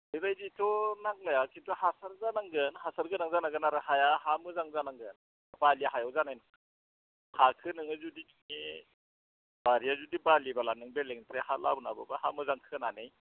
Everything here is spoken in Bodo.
बेबायदिथ' नांलाया खिन्थु हासार जानांगोन हासारगोनां जानांगोन आरो हाया हा मोजां जानांगोन बालि हायाव जानाय नङा हाखो नोङो जुदि बारियाव जुदि बालिब्ला नों बेलेकनिफ्राय हा लाबोनाब्लाबो हा खोनानै